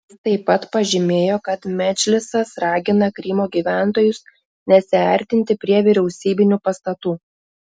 jis taip pat pažymėjo kad medžlisas ragina krymo gyventojus nesiartinti prie vyriausybinių pastatų